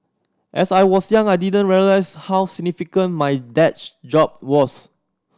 as I was young I didn't realise how significant my dad job was